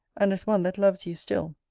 and as one that loves you still.